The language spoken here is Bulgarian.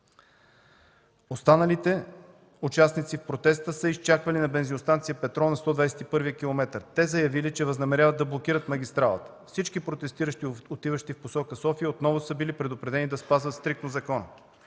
Останалите участници в протеста са изчаквали на бензиностанция „Петрол” на 121-я километър. Те заявили, че възнамеряват да блокират магистралата. Всички протестиращи, отиващи в посока София, отново са били предупредени да спазват стриктно закона.